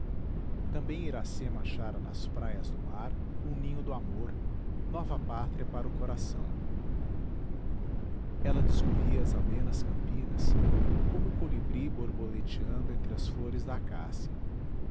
flores também iracema achara nas praias do mar um ninho do amor nova pátria para o coração ela discorria as amenas campinas como o colibri borboleteando entre as flores da